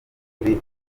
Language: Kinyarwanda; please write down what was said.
kuri